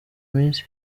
minsi